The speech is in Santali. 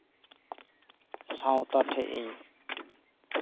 ᱥᱟᱶᱛᱟ ᱴᱷᱮᱱ ᱤᱧ